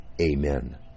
Amen